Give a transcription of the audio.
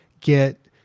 get